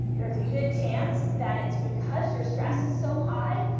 there's a good chance that it's because your stress is so high.